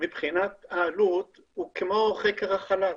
מבחינת העלות, הוא כמו חקר החלל.